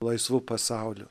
laisvu pasauliu